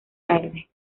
tarde